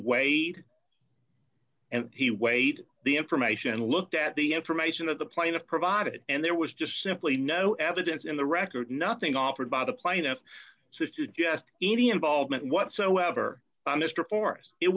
weighed and he weighed the information and looked at the information of the plaintiff provided and there was just simply no evidence in the record nothing offered by the plaintiff so to jest any involvement whatsoever by mr forrest it